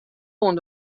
oan